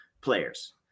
players